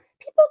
people